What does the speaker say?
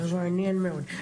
כן, זה מעניין מאוד.